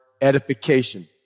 edification